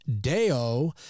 Deo